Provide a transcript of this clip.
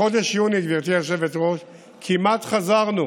בחודש יוני, גברתי היושבת-ראש, כמעט חזרנו